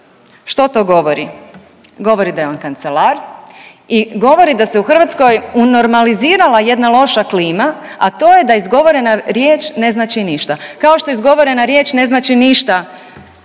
Što to govori? Govori da je on kancelar i govori da se u Hrvatskoj unormalizirala jedna loša klima, a to je da izgovorena riječ ne znači ništa. Kao što izgovorena riječ ne znači ništa